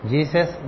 Jesus